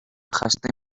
خسته